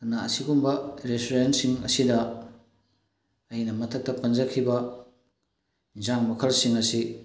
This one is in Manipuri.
ꯑꯗꯨꯅ ꯑꯁꯤꯒꯨꯝꯕ ꯔꯦꯁꯇꯨꯔꯦꯟꯁꯤꯡ ꯑꯁꯤꯗ ꯑꯩꯅ ꯃꯊꯛꯇ ꯄꯟꯖꯈꯤꯕ ꯌꯦꯟꯁꯥꯡ ꯃꯈꯜꯁꯤꯡ ꯑꯁꯤ